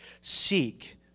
seek